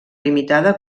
limitada